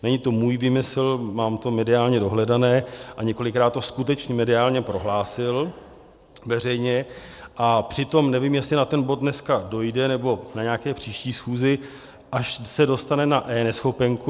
Není to můj výmysl, mám to mediálně dohledané a několikrát to skutečně mediálně prohlásil veřejně, a přitom nevím, jestli na ten bod dneska dojde, nebo na nějaké příští schůzi, až se dostane na eNeschopenku.